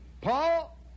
Paul